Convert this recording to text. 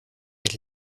est